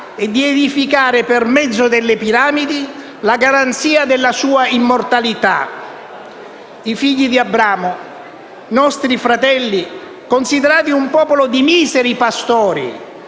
e di edificare per mezzo delle piramidi la garanzia della sua immortalità. I figli di Abramo, nostri fratelli, considerati un popolo di miseri pastori,